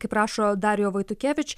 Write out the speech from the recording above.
kaip rašo darija vaitukevič